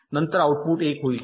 तर आऊटपुट 1 होईल